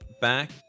back